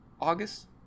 august